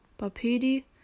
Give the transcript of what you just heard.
Bapedi